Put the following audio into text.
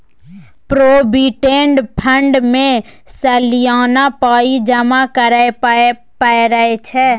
provident fund मे सलियाना पाइ जमा करय परय छै